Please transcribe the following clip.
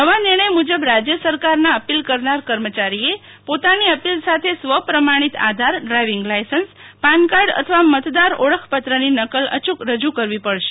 નવા નિર્ણય મુજબ રાજ્ય સરકારના અપીલ કરનાર કર્મચારીએ પોતાની અપીલ સાથે સ્વપ્રમાણીત આધાર ડ્રાઈવીંગ લાયસન્સ પાનકાર્ડ અથવા મતદાર ઓળખપત્રની નકલ અયૂક રજૂ કરવી પડશે